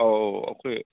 ꯑꯧ ꯑꯩꯈꯣꯏ